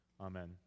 Amen